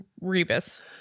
rebus